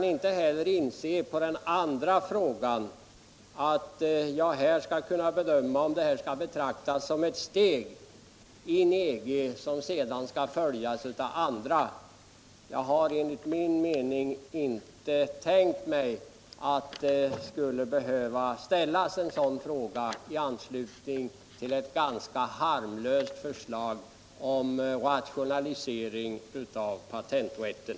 För det andra kan jag inte inse att jag här skall kunna bedöma om det utskottet nu föreslår skall betraktas som ctt steg in i EG, vilket sedan skall följas av andra steg. Jag hade inte tänkt mig att det skulle behöva ställas sådana frågor i anslutning till ett ganska harmlöst förslag om rationalisering av patenträtten.